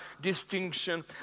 distinction